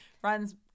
Friends